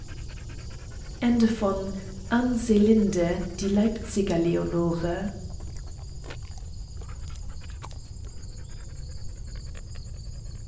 an selinde die leipziger